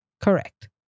correct